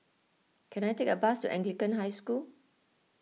can I take a bus to Anglican High School